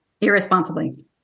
irresponsibly